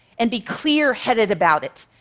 and be clearheaded about it.